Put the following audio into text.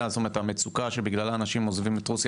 המצוקה שבגללה אנשים עוזבים את רוסיה